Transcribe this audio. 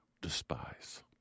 despise